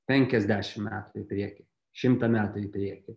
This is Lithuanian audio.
penkiasdešim metų į priekį šimtą metų į priekį